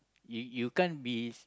you you can't be